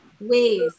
ways